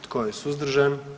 Tko je suzdržan?